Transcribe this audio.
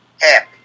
happy